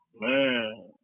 Man